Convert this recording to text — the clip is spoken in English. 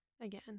again